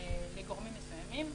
לגורמים מסוימים.